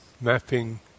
Mapping